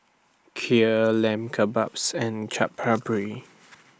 Kheer Lamb Kebabs and Chaat Papri